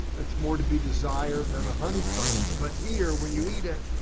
it's more to be desired than a honeycomb, but here, when you eat it,